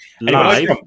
live